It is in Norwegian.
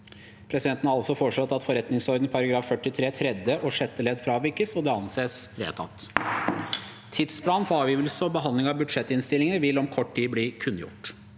Presidenten har altså foreslått at forretningsordenen § 43 tredje og sjette ledd fravikes, og det anses vedtatt. Tidsplan for avgivelse og behandling av budsjettinnstillingene vil om kort tid bli kunngjort.